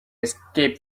escape